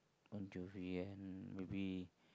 Bon-Jovi and maybe